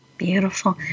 Beautiful